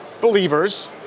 believers